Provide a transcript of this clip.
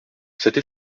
cette